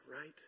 right